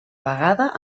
vegada